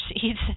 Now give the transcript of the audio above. seeds